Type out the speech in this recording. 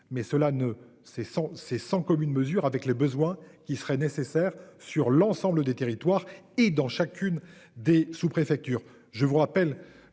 sans c'est sans commune mesure avec les besoins qui serait nécessaire sur l'ensemble des territoires et dans chacune des sous-, préfectures,